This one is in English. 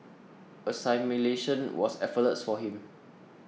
assimilation was effortless for him